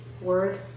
word